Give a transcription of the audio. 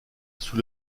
sous